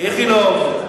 "איכילוב".